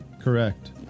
Correct